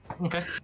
Okay